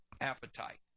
appetite